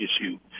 issue